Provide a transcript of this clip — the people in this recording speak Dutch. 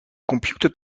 computer